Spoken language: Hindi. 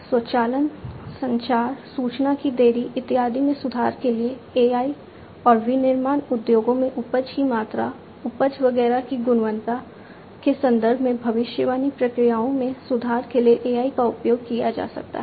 स्वचालन संचार सूचना की देरी इत्यादि में सुधार के लिए AI और विनिर्माण उद्योगों में उपज की मात्रा उपज वगैरह की गुणवत्ता के संदर्भ में भविष्यवाणी प्रक्रियाओं में सुधार के लिए AI का उपयोग किया जा सकता है